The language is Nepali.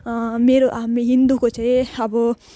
मेरो हामी हिन्दूको चाहिँ अब